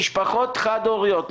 משפחות חד-הוריות,